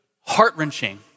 heart-wrenching